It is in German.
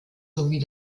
sowie